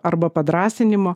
arba padrąsinimo